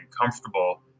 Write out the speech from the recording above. comfortable